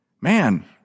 man